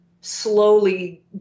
slowly